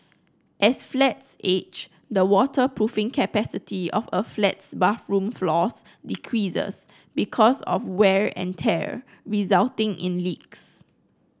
as flats age the waterproofing capacity of a flat's bathroom floors decreases because of wear and tear resulting in leaks